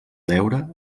deure